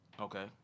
Okay